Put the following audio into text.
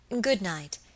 Good-night